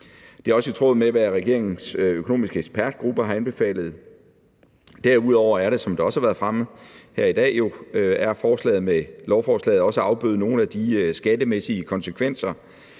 Det er også i tråd med, hvad regeringens økonomiske ekspertgruppe har anbefalet. Derudover er formålet med lovforslaget, som det også har været fremme her i dag, at afbøde nogle af de skattemæssige konsekvenser,